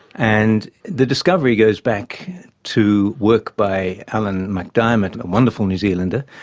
and the discovery goes back to work by alan macdiarmid, a wonderful new zealander,